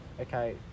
Okay